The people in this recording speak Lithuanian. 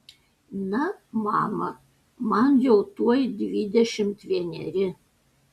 na mama man jau tuoj dvidešimt vieneri